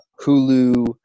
Hulu